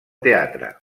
teatre